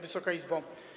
Wysoka Izbo!